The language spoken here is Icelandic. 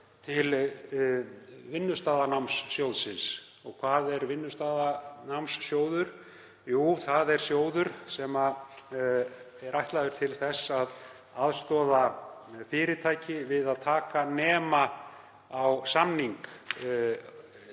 til vinnustaðanámssjóðsins. Og hvað er vinnustaðanámssjóður? Jú, það er sjóður sem er ætlaður til að aðstoða fyrirtæki við að taka nema á samning.